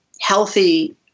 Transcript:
healthy